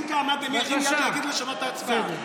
אם לא, אז להעביר לוועדת הכנסת.